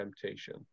temptation